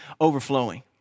overflowing